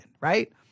right